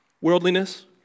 worldliness